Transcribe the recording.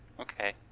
Okay